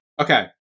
Okay